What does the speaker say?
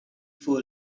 for